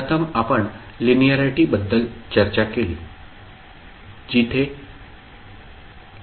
प्रथम आपण लिनिअरिटी बद्दल चर्चा केली जिथे La1f1ta2f2ta1F1sa2F2s